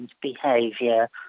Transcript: behavior